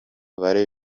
bari